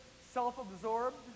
self-absorbed